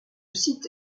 site